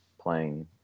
playing